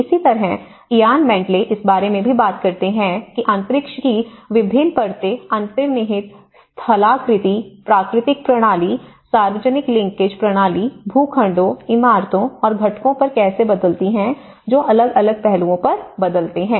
इसी तरह Ian Bentley इस बारे में भी बात करते हैं कि अंतरिक्ष की विभिन्न परतें अंतर्निहित स्थलाकृति प्राकृतिक प्रणाली सार्वजनिक लिंकेज प्रणाली भूखंडों इमारतों और घटकों पर कैसे बदलती हैं जो अलग अलग पहलुओं पर बदलते हैं